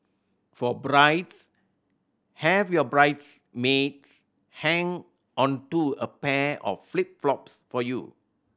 for brides have your bridesmaids hang onto a pair of flip flops for you